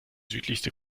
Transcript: südlichste